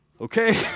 Okay